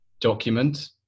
document